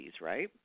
right